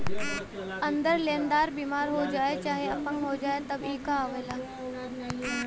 अगर लेन्दार बिमार हो जाए चाहे अपंग हो जाए तब ई कां आवेला